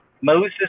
moses